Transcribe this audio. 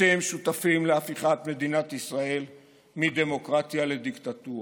אתם שותפים להפיכת מדינת ישראל מדמוקרטיה לדיקטטורה.